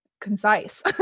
concise